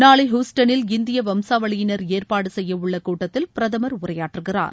நாளை ஹுஸ்டனில் இந்திய வம்சாவளியினர் ஏற்பாடு செய்யவுள்ள கூட்டத்தில் பிரதமர் உரையாற்றுகிறார்